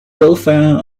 welfare